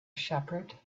shepherd